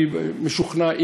אני משוכנע,